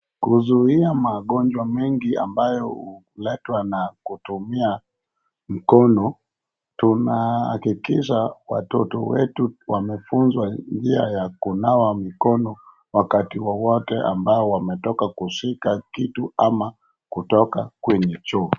Kuzuia magonjwa mengi ambayo huletwa na kutumia mkono, tunahakikisha watoto wetu wamefunzwa njia ya kunawa mikono wakati wowote ambao wametoka kushika kitu ama kutoka kwenye choo.